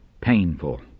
painful